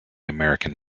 american